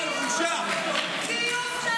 פייק, פייק,